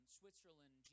Switzerland